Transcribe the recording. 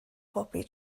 bobi